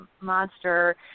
Monster